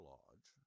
Lodge